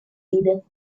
edith